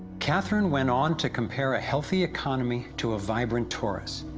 catherine went on to compare a healthy economy to a vibrant torus,